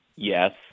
Yes